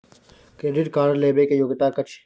Credit card लेबै के योग्यता कि छै?